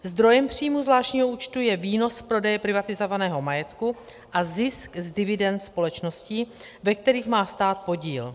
Zdrojem příjmů zvláštního účtu je výnos z prodeje privatizovaného majetku a zisk z dividend společností, ve kterých má stát podíl.